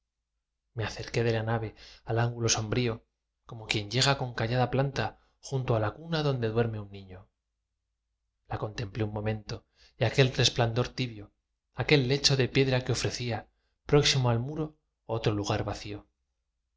me acerqué de la nave al ángulo sombrío como quien llega con callada planta junto á la cuna donde duerme un niño la contemplé un momento y aquel resplandor tibio aquel lecho de piedra que ofrecía próximo al muro otro lugar vacío en